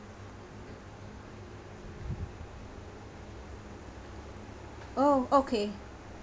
oh okay